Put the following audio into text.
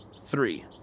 three